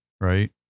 right